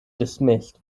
dismissed